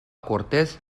cortes